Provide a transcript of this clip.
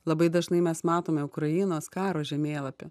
labai dažnai mes matome ukrainos karo žemėlapį